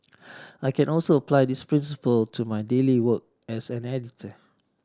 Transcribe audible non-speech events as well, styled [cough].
[noise] I can also apply this principle to my daily work as an editor